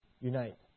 unite